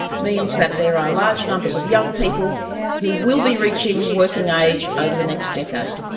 means that there are large numbers of young people who will be reaching working age over the next decade.